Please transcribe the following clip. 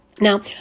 Now